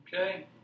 Okay